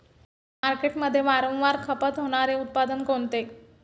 मार्केटमध्ये वारंवार खपत होणारे उत्पादन कोणते?